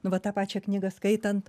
nu va tą pačią knygą skaitant